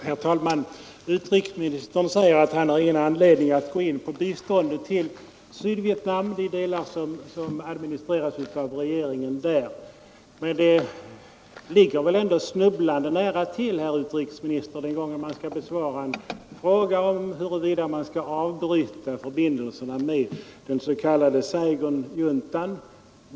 Herr talman! Utrikesministern säger att han med anledning av frågorna inte har någon anledning att gå in på frågan om biståndet till de delar av Sydvietnam som administreras av Saigon-regeringen. Det ligger väl ändå snubblande nära till, herr utrikesminister, att så göra den gången man skall besvara frågan huruvida vi skall avbryta förbindelserna med den s.k. Saigonjuntan.